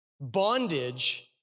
Bondage